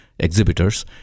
exhibitors